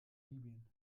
libyen